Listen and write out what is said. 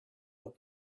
what